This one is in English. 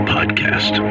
Podcast